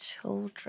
children